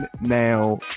now